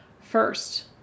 first